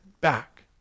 back